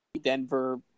Denver